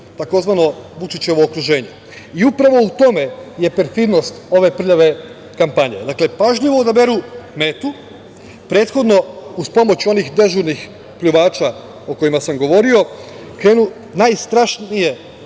tzv. Vučićevo okruženje. Upravo u tome je perfidnost ove prljave kampanje. Dakle, pažljivo odaberu metu, prethodno, uz pomoć onih dežurnih pljuvača o kojima sam govorio, krenu najstrašnije